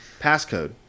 passcode